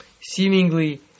seemingly